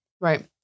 Right